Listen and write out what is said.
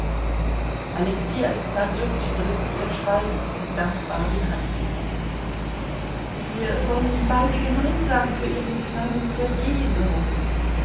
alexei alexandrowitsch drückte ihr schweigend und dankbar die hand wir wollen beide gemeinsam für ihren kleinen sergei sorgen